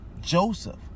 Joseph